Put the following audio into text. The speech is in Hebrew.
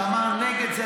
שאמר נגד זה.